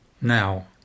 now